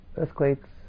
earthquakes